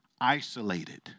isolated